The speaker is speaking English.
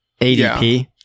ADP